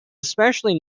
especially